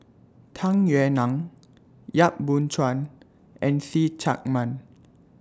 Tung Yue Nang Yap Boon Chuan and See Chak Mun